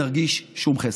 נרגיש שום חסר.